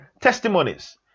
testimonies